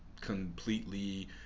completely